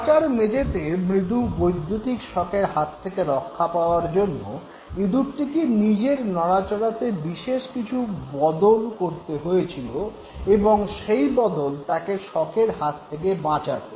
খাঁচার মেঝেতে মৃদু বৈদ্যুতিক শকের হাত থেকে রক্ষা পাওয়ার জন্য ইঁদুরটিকে নিজের নড়াচড়াতে কিছু বিশেহ বদল করতে হয়েছিল এবং সেই বদল তাকে শকের হাত থেকে বাঁচাত